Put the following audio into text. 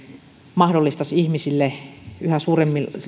mahdollistaisi yhä suuremmille